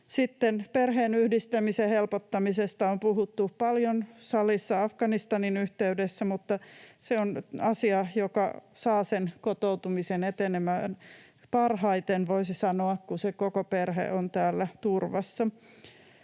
perheenyhdistämisen helpottamisesta on puhuttu paljon salissa Afganistanin yhteydessä, mutta se on asia, joka saa sen kotoutumisen etenemään, voisi sanoa, parhaiten, kun se koko perhe on täällä turvassa.